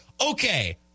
Okay